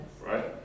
Right